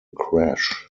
crash